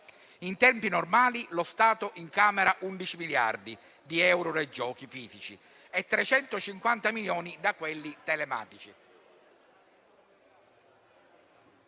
In tempi normali lo Stato incamera 11 miliardi di euro dai giochi fisici e 350 milioni da quelli telematici.